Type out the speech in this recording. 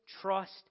trust